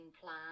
plan